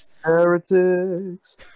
heretics